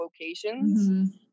locations